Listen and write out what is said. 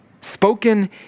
spoken